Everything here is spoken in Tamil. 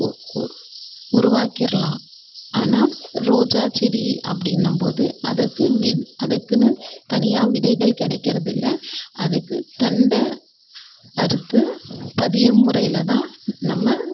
உ உ உருவாக்கிடுலாம் ஆனால் ரோஜாச்செடி அப்படின்னும் போது அதற்கு வின் அதுக்குன்னு தனியாக விதைகள் கிடைக்கிறதில்ல அதுக்கு தண்டை அறுத்து பதியம் முறையில் தான் நம்ம